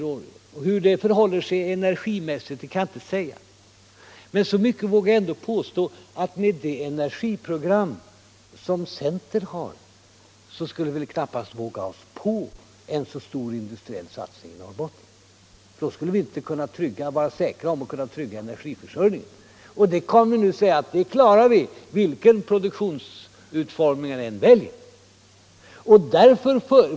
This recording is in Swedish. Hur de olika alternativen förhåller sig energimässigt kan jag inte säga. Men så mycket vågar jag ändå påstå, att med det energiprogram som centern har skulle vi knappast våga oss på en så stor industriell satsning i Norrbotten. Då skulle vi inte vara säkra på att kunna trygga vår energiförsörjning. Vi kan nu säga att vi klarar detta, vilken produktionsutformning vi än väljer.